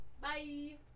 Bye